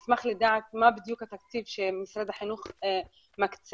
אשמח לדעת מה התקציב שמשרד החינוך מקצה,